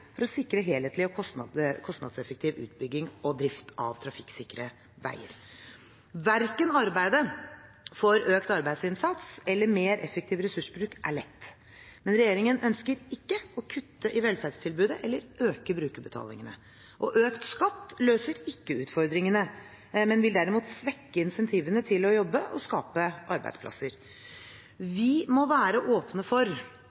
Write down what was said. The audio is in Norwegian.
for å sikre helhetlig og kostnadseffektiv utbygging og drift av trafikksikre veier. Verken arbeidet for økt arbeidsinnsats eller mer effektiv ressursbruk er lett. Men regjeringen ønsker ikke å kutte i velferdstilbudet eller øke brukerbetalingene. Økt skatt løser ikke utfordringene, men vil derimot svekke insentivene til å jobbe og skape arbeidsplasser. Vi må være åpne for